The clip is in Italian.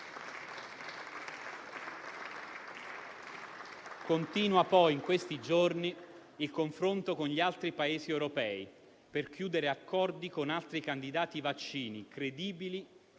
Continua, poi, in questi giorni il confronto con gli altri Paesi europei per chiudere accordi con altri candidati vaccini credibili;